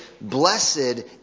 blessed